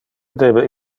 debe